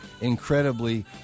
incredibly